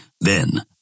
Then